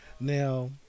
now